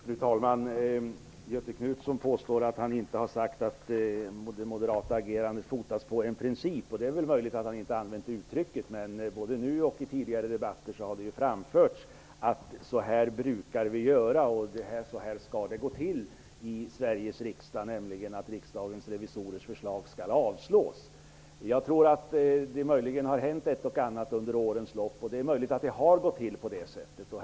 Fru talman! Göthe Knutson påstår att han inte har sagt att det moderata agerandet fotas på en princip, och det är väl möjligt att han inte har använt det uttrycket, men både nu och i tidigare debatter har det ju framförts att vi brukar göra så här och att det skall gå till så här i Sveriges riksdag, nämligen så att Riksdagens revisorers förslag skall avslås. Det är möjligt att det har gått till på det sättet, men jag tror att det har hänt ett och annat under årens lopp.